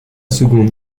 seconde